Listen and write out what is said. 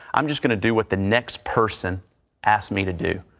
i'm just going to do with the next person asked me to do.